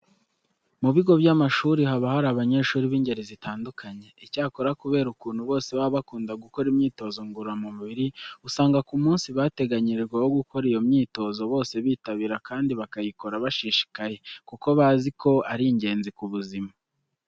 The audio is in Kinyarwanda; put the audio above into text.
Mu bigo by'amashuri haba hari abanyeshuri b'ingeri zitandukanye. Icyakora kubera ukuntu bose baba bakunda gukora imyitozo ngororamubiri usanga ku munsi bateganyirijwe wo gukora iyo myitozo bose bitabira kandi bakayikora bashishikaye kuko bazi ko ari ingenzi ku buzima.